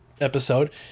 episode